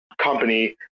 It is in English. company